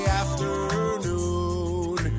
afternoon